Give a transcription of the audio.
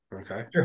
okay